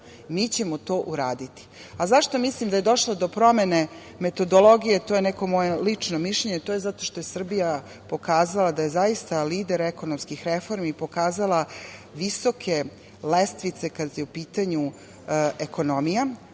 mi ćemo to uraditi. A, zašto mislim da je došlo do promene metodologije, to je neko moje lično mišljenje, to je zato što je Srbija pokazala da je zaista lider ekonomskih reformi i pokazala visoke lestvice kada je u pitanju ekonomija,